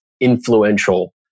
influential